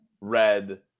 red